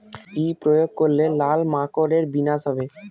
কি প্রয়োগ করলে লাল মাকড়ের বিনাশ হবে?